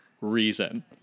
reason